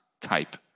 type